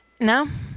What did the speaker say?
No